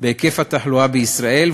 בהיקף התחלואה בישראל,